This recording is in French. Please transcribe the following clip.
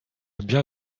bien